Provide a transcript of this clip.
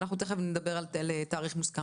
תיכף נדבר על תאריך מוסכם.